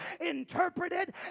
interpreted